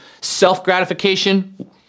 self-gratification